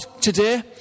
today